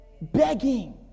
begging